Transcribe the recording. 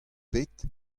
bet